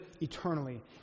eternally